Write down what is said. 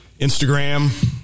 Instagram